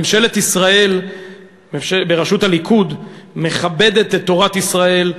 ממשלת ישראל בראשות הליכוד מכבדת את תורת ישראל,